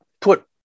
put